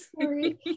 Sorry